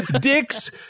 dicks